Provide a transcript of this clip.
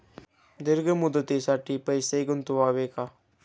दीर्घ मुदतीसाठी पैसे गुंतवावे का?